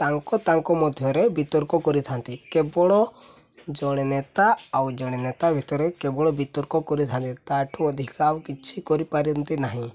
ତାଙ୍କ ତାଙ୍କ ମଧ୍ୟରେ ବିତର୍କ କରିଥାନ୍ତି କେବଳ ଜଣେ ନେତା ଆଉ ଜଣେ ନେତା ଭିତରେ କେବଳ ବିତର୍କ କରିଥାନ୍ତି ତା'ଠୁ ଅଧିକା ଆଉ କିଛି କରିପାରନ୍ତି ନାହିଁ